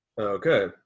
Okay